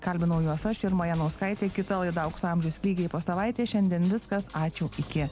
kalbinau juos aš irma janauskaitė kita laida aukso amžius lygiai po savaitės šiandien viskas ačiū iki